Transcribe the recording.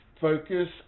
focus